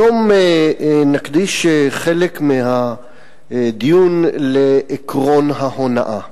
היום נקדיש חלק מהדיון לעקרון ההונאה.